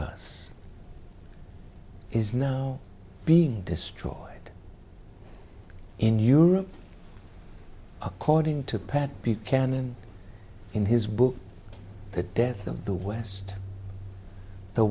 us is now being destroyed in europe according to pat buchanan in his book the death of the west the